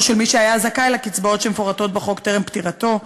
של מי שהיה זכאי לקצבאות שמפורטות בחוק טרם פטירתו.